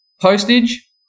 postage